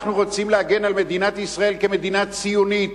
אנחנו רוצים להגן על מדינת ישראל כמדינה ציונית,